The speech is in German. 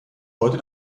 heute